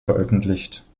veröffentlicht